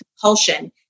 compulsion